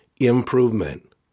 improvement